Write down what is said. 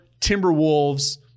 Timberwolves